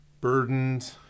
burdened